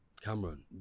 Cameron